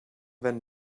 wenn